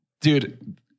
Dude